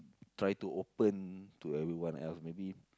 try to open to everyone else maybe